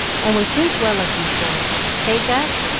and we think well of you for it. hey, gus?